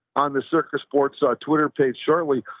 on the circus sports, twitter page shortly.